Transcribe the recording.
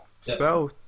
spell